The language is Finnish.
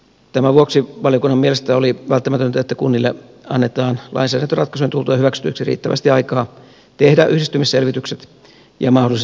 tämän vuoksi valiokunnan mielestä oli välttämätöntä että kunnille annetaan lainsäädäntöratkaisujen tultua hyväksytyksi riittävästi aikaa tehdä yhdistymisselvitykset ja mahdolliset yhdistymisesitykset